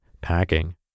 packing